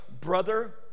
brother